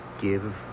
Give